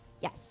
Yes